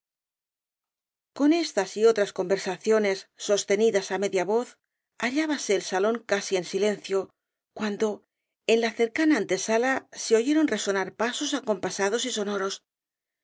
con estas y otras conversaciones sostenidas á media voz hallábase el salón casi en silencio cuando en la cercana antesala se oyeron resonar pasos acompasados y sonoros